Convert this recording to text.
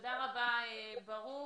תודה רבה, ברוך.